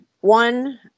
one